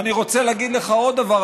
ואני רוצה להגיד לך עוד דבר,